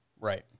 Right